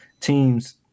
teams